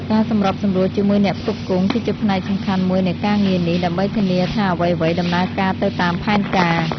ការសម្របសម្រួលជាមួយអ្នកផ្គត់ផ្គង់គឺជាផ្នែកសំខាន់មួយនៃការងារនេះ ដើម្បីធានាថាអ្វីៗដំណើរការទៅតាមផែនការ។